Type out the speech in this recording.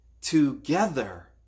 together